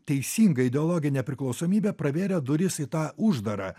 teisinga ideologinė priklausomybė pravėrė duris į tą uždarą